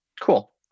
Cool